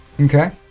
Okay